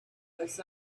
was